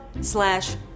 slash